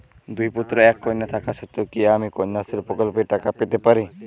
দুই পুত্র এক কন্যা থাকা সত্ত্বেও কি আমি কন্যাশ্রী প্রকল্পে টাকা পেতে পারি?